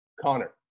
Connor